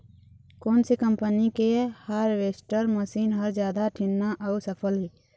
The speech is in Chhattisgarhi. कोन से कम्पनी के हारवेस्टर मशीन हर जादा ठीन्ना अऊ सफल हे?